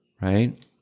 Right